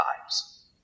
times